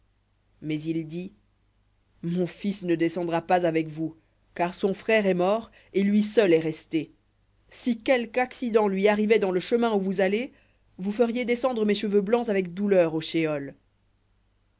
mais il dit mon fils ne descendra pas avec vous car son frère est mort et lui seul est resté si quelque accident lui arrivait dans le chemin où vous allez vous feriez descendre mes cheveux blancs avec douleur au shéol